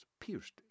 pierced